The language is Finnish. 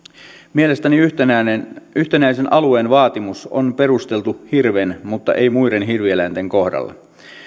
mielestäni yhtenäisen alueen vaatimus on perusteltu hirven mutta ei muiden hirvieläinten kohdalla